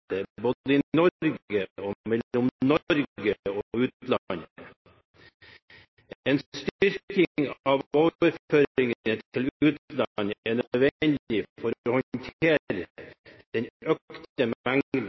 både i Norge og mellom Norge og utlandet. En styrking av overføringene til utlandet er nødvendig for å